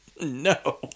No